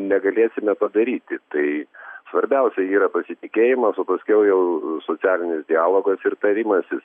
negalėsime padaryti tai svarbiausia yra pasitikėjimas o paskiau jau socialinis dialogas ir tarimasis